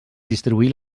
distribuir